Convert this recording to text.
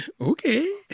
Okay